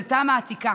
אנחנו לא ניתן להם.